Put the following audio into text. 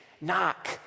knock